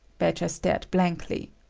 badger stared blankly.